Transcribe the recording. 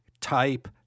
type